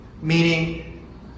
Meaning